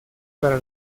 para